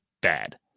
bad